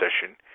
session